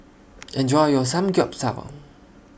Enjoy your Samgeyopsal